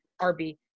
RB